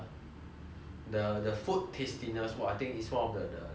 the the food tastiness !wah! I think is one of the the the one that I enjoy